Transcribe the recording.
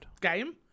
game